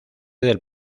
del